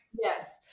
Yes